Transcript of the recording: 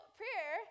prayer